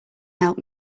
help